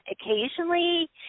occasionally